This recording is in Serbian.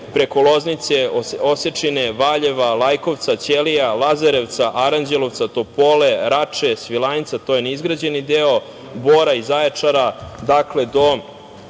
preko Loznice, Osečine, Valjeva, Lajkovca, Ćelija, Lazarevca, Aranđelovca, Topole, Rače, Svilajnca, to je ne izgrađeni deo, Bora i Zaječara do